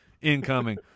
incoming